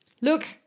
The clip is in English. Look